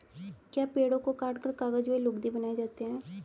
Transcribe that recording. क्या पेड़ों को काटकर कागज व लुगदी बनाए जाते हैं?